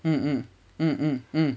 mm mm mm mm mm